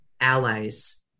allies